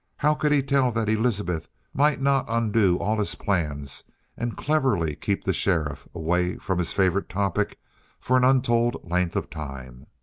how could he tell that elizabeth might not undo all his plans and cleverly keep the sheriff away from his favorite topic for an untold length of time?